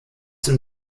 dem